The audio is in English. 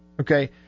okay